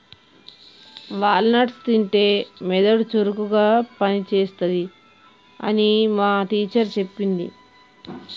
wall nuts తింటే మెదడు చురుకుగా పని చేస్తది అని మా టీచర్ చెప్పింది